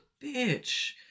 bitch